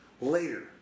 later